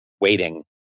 waiting